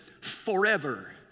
forever